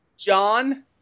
John